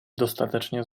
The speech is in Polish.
dostatecznie